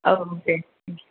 औ दे